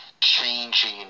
changing